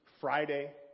Friday